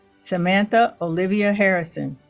samantha olivia harrison